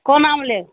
कोन आम लेब